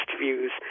views